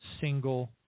single